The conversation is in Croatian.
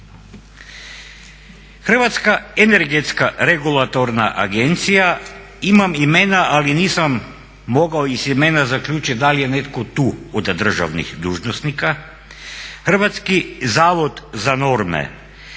Hrvatska energetska regulatorna agencija, imam imena ali nisam mogao iz imena zaključit da li je netko tu od državnih dužnosnika. Hrvatski zavod za norme,